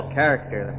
character